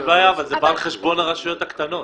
אבל זה בא על חשבון הרשויות הקטנות.